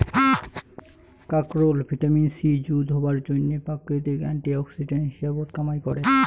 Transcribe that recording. কাকরোল vitamin C যুত হবার জইন্যে প্রাকৃতিক অ্যান্টি অক্সিডেন্ট হিসাবত কামাই করে